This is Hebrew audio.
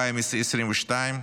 ב-2022,